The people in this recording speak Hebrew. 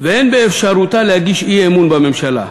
ואין באפשרותה להגיש אי-אמון בממשלה,